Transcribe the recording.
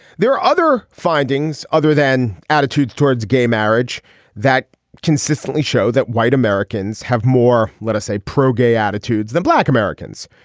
there are other findings other than attitudes towards gay marriage that consistently show that white americans have more let's say pro-gay attitudes than black americans.